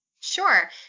Sure